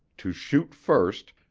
to shoot first,